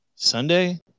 Sunday